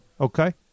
okay